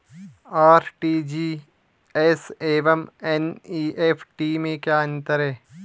RTGS एवं NEFT में क्या अंतर है?